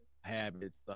habits